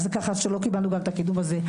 אז ככה שלא קיבלנו גם את הקידום הזה.